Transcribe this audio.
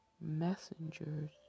messengers